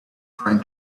trying